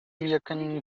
يكن